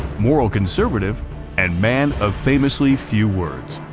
moral conservative and man of famously few words.